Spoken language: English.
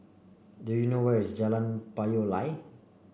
do you know where is Jalan Payoh Lai